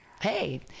hey